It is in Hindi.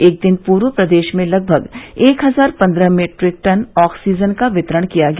एक दिन पूर्व प्रदेश में लगभग एक हजार पन्द्रह मीट्रिक टन ऑक्सीजन का वितरण किया गया